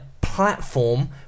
platform